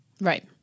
Right